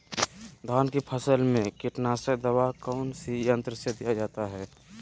धान की फसल में कीटनाशक दवा कौन सी यंत्र से दिया जाता है?